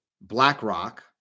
BlackRock